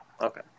Okay